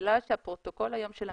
בגלל שהיום הפרוטוקול של המידע,